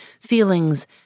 feelings